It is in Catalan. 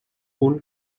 punt